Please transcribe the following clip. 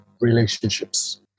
relationships